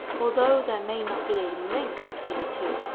although there may not be a link between the two,